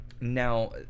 Now